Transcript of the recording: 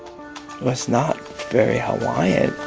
was not very hawaiian